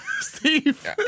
Steve